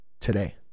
today